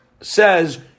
says